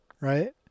right